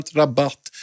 rabatt